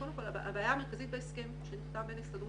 הבעיה המרכזית בהסכים שנחתם בין ההסתדרות,